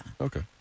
Okay